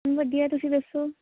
ਵਧੀਆ ਤੁਸੀਂ ਦੱਸੋ